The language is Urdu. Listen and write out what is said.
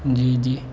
جی جی